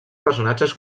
personatges